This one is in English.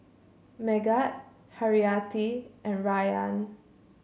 Megat Haryati and Rayyan